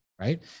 right